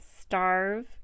starve